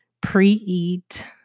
pre-eat